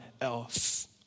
else